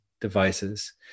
devices